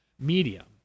medium